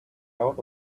out